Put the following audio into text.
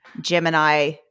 Gemini